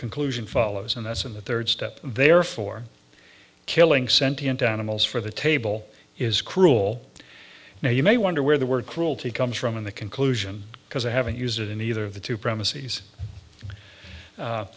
conclusion follows and that's in the third step therefore killing sentience animals for the table is cruel now you may wonder where the word cruelty comes from in the conclusion because i haven't used it in either of the two premise